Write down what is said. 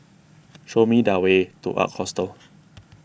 show me the way to Ark Hostel